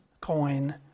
coin